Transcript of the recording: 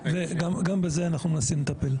גם בזה אנחנו מנסים לטפל.